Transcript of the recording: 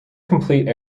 complete